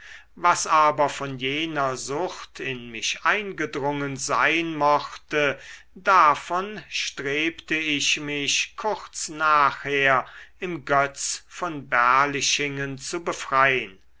was aber von jener sucht in mich eingedrungen sein mochte davon strebte ich mich kurz nachher im götz von berlichingen zu befrein